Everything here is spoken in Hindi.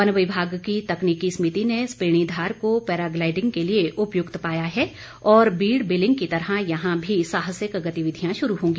वन विभाग की तकनीकी समिति ने सपेणीधार को पैराग्लाइडिंग के लिए उपयुक्त पाया है और बीड़ बीलिंग की तरह यहां भी साहसिक गतिविधियां शुरू होंगी